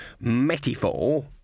metaphor